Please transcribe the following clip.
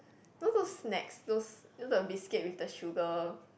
all those snacks those you know biscuit with the sugar